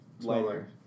lighter